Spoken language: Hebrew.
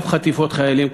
ואף חטיפות חיילים,